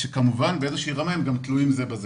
כמובן שבאיזושהי רמה הם גם תלויים זה בזה,